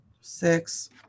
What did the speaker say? Six